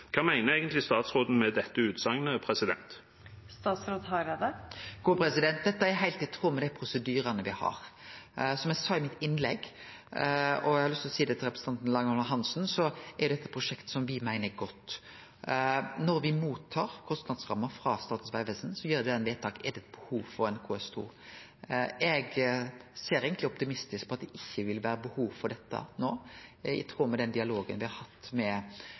Dette er heilt i tråd med dei prosedyrane me har. Som eg sa i innlegget mitt – og eg har lyst til å seie det til representanten Langholm Hansen – er dette eit prosjekt som me meiner er godt. Når me mottar kostnadsramma frå Statens vegvesen, gjer me eit vedtak om det er behov for KS2. Eg ser eigentleg optimistisk på at det ikkje vil vere behov for dette no, i tråd med den dialogen me har hatt med